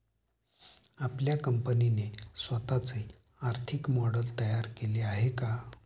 आपल्या कंपनीने स्वतःचे आर्थिक मॉडेल तयार केले आहे का?